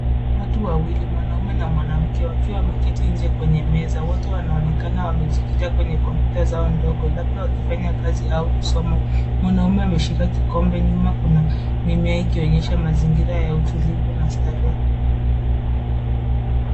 Watu wawili, mwanaume na mwanamke wakiwa wameketi nje kwenye meza. Wote wanaonekana wamejikita kwenye kompyuta zao ndogo labda wakifanya kazi au kusoma. Mwanaume ameshika kikombe. Nyuma kuna mimea ikionyesha mazingira ya utulivu na starehe.